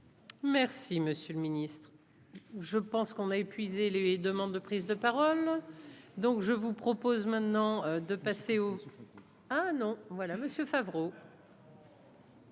Merci, monsieur le Ministre, je pense qu'on a épuisé les demandes de prise de parole, donc je vous propose maintenant de passer au hein non voilà monsieur Favreau.